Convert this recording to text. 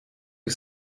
you